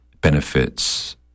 benefits